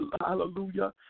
hallelujah